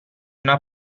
una